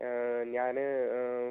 ഞാൻ